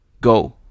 go